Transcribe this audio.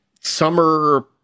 summer